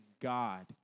God